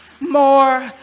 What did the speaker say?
more